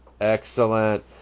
Excellent